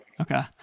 Okay